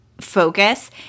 focus